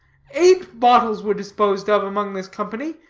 eight bottles were disposed of among this company.